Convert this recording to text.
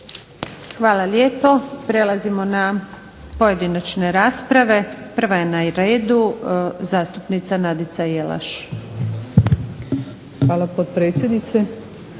Hvala lijepo. Prelazimo na pojedinačne rasprave. Prva je na redu zastupnica Nadica Jelaš. **Jelaš, Nadica